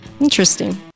Interesting